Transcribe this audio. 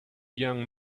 young